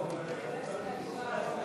בערעור של ניצולי שואה (תיקוני חקיקה),